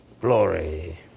glory